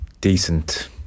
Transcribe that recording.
decent